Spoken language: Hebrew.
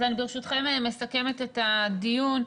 ברשותכם, אני מסכמת את הדיון.